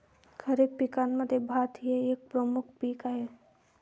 खरीप पिकांमध्ये भात हे एक प्रमुख पीक आहे